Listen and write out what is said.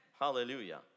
Hallelujah